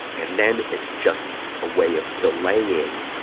and then it's just a way of delaying